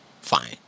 fine